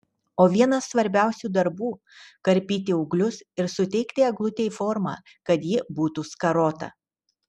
o vienas svarbiausių darbų karpyti ūglius ir suteikti eglutei formą kad ji būtų skarota